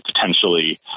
potentially